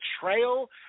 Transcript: betrayal